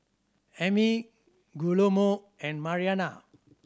Ami Guillermo and Mariana